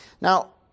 Now